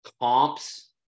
comps